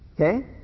Okay